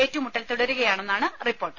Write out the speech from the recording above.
ഏറ്റുമുട്ടൽ തുടരുകയാണെന്നാണ് റിപ്പോർട്ട്